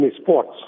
sports